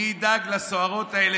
מי ידאג לסוהרות האלה?